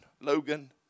Logan